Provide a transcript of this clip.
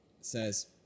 says